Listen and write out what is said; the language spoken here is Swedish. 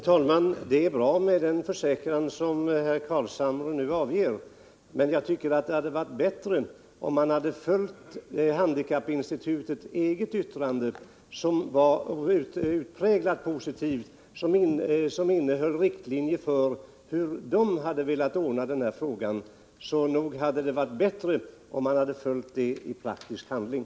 Herr talman! Den försäkran som herr Carlshamre nu avger är bra, men jag tycker det hade varit ännu bättre om man hade följt handikappinstitutets eget yttrande, som var utpräglat positivt och som innehöll riktlinjer för hur man där hade velat ordna den frågan. Nog hade det varit bättre om man hade följt det i praktisk handling.